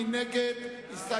מי נגד?